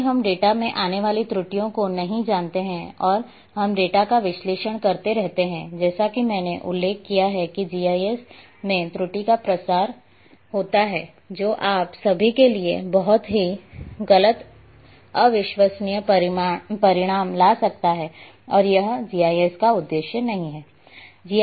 यदि हम डेटा में आने वाली त्रुटियों को नहीं जानते हैं और हम डेटा का विश्लेषण करते रहते हैं जैसा कि मैंने उल्लेख किया है कि जीआईएस में त्रुटि का प्रसार होता है जो आप सभी के लिए बहुत ही गलत अविश्वसनीय परिणाम ला सकते हैं और यह जीआईएस का उद्देश्य नहीं है